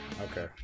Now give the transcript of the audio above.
okay